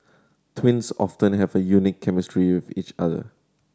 twins often have a unique chemistry with each other